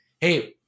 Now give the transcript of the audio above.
hey